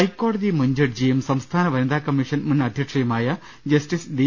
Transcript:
ഹൈക്കോടതി മുൻ ജഡ്ജിയും സംസ്ഥാന വനിതാ കമ്മീഷൻ മുൻ അധ്യക്ഷയുമായ ജസ്റ്റിസ് ഡി